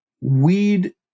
weed